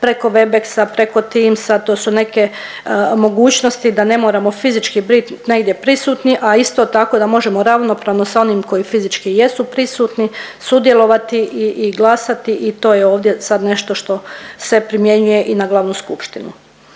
preko Webex-a, preko Teams-a, to su neke mogućnosti da ne moramo fizički bit negdje prisutni, a isto tako da možemo ravnopravno sa onima koji fizički jesu prisutni sudjelovati i glasati i to je ovdje sad nešto što se primjenjuje i na glavnu skupštinu.